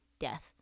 death